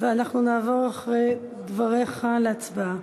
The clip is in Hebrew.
אחרי דבריך נעבור להצבעה.